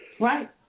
Right